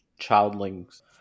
childlings